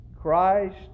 Christ